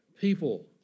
people